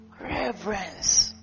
Reverence